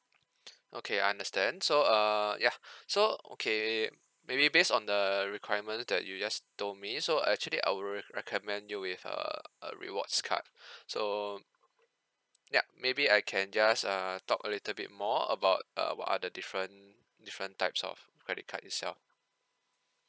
okay I understand so err ya so okay maybe based on the requirement that you just told me so actually I would re~ recommend you with err a rewards card so yup maybe I can just err talk a little bit more about uh what are the different different types of credit card itself